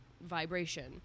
vibration